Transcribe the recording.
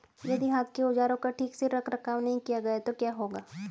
यदि हाथ के औजारों का ठीक से रखरखाव नहीं किया गया तो क्या होगा?